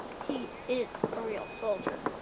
he is a real soldier.